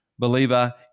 believer